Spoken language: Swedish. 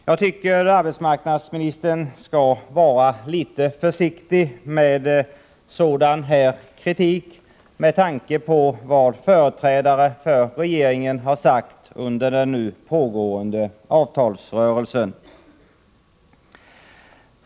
Jag tycker att arbetsmarknadsministern skall vara litet försiktig med sådan kritik, med tanke på vad företrädare för regeringen har sagt under den nu pågående avtalsrörelsen.